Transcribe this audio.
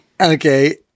Okay